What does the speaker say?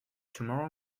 tomorrow